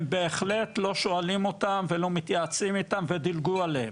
הם בהחלט לא שואלים אותם ולא מתייעצים איתם ודילגו עליהם,